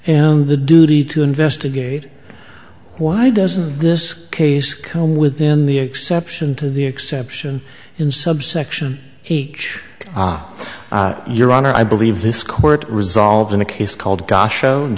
and the duty to investigate why doesn't this case come within the exception to the exception in subsection each your honor i believe this court resolved in a case called go